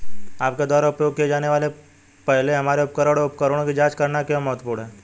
आपके द्वारा उपयोग किए जाने से पहले हमारे उपकरण और उपकरणों की जांच करना क्यों महत्वपूर्ण है?